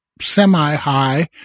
semi-high